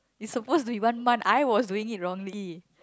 it's supposed to be one month I was doing it wrongly